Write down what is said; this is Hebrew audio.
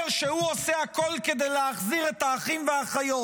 שהוא עושה הכול כדי להחזיר את האחים והאחיות,